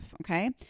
Okay